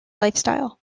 lifestyle